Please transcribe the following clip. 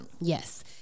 Yes